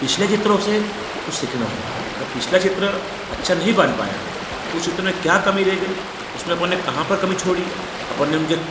पिछले चित्रों से कुछ सीखना होगा अगर पिछला चित्र अच्छा नहीं बन पाया तो उस चित्र में क्या कमी रह गई उसमें अपन ने कहाँ पर कमी छोड़ी अपन ने उनके